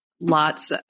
Lots